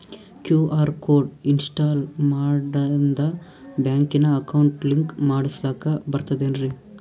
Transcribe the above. QR code install ಮಾಡಿಂದ ಬ್ಯಾಂಕಿನ account link ಮಾಡಸ್ಲಾಕ ಬರ್ತದೇನ್ರಿ